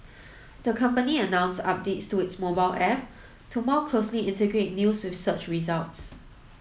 the company announced updates to its mobile app to more closely integrate news with search results